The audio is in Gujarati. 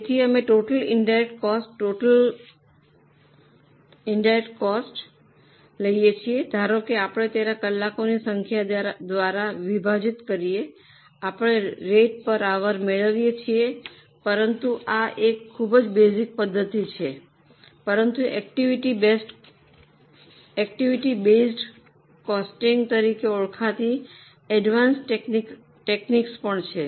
તેથી અમે ટોટલ ઇનડાયરેક્ટ કોસ્ટ લઈએ છીએ ધારો કે આપણે તેને કલાકોની સંખ્યા દ્વારા વિભાજીત કરીએ આપણે રેટ પર આવર મેળવીએ છીએ પરંતુ આ એક ખૂબ જ બેસિક પદ્ધતિ છે પરંતુ એક્ટિવિટી બૈસ્ટ કૉસ્ટિંગ તરીકે ઓળખાતી એડવાન્સ પદ્ધતિઓ પણ છે